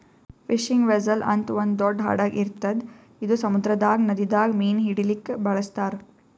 fishing vessel ಅಂತ್ ಒಂದ್ ದೊಡ್ಡ್ ಹಡಗ್ ಇರ್ತದ್ ಇದು ಸಮುದ್ರದಾಗ್ ನದಿದಾಗ್ ಮೀನ್ ಹಿಡಿಲಿಕ್ಕ್ ಬಳಸ್ತಾರ್